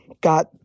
got